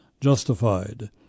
justified